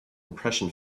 compression